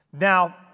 Now